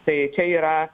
tai čia yra